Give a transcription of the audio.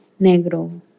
Negro